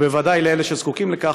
ובוודאי לאלה שזקוקים לכך,